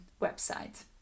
website